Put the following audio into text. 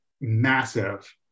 massive